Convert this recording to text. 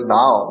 now